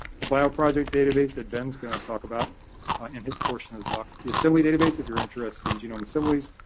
the bio project database that ben's going to talk about in his portion of the talk, the assembly database if you're interested in genome assemblies,